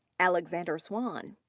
alexander swan.